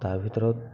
তাৰ ভিতৰত